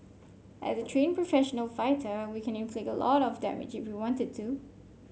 as a trained professional fighter we can inflict a lot of damage if we wanted to